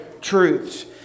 truths